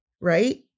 right